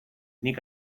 nik